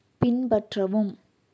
பின்பற்றவும்